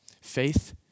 Faith